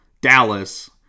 Dallas